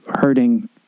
hurting